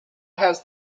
has